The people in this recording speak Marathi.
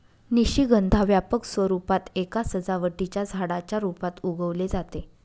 निशिगंधा व्यापक स्वरूपात एका सजावटीच्या झाडाच्या रूपात उगवले जाते